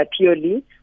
purely